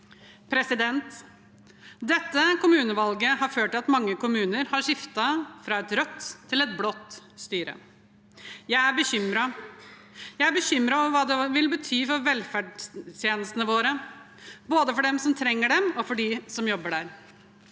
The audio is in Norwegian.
ansatte. Dette kommunevalget har ført til at mange kommuner har skiftet fra et rødt til et blått styre. Jeg er bekymret. Jeg er bekymret over hva det vil bety for velferdstjenestene våre, både for dem som trenger dem, og for dem som jobber der.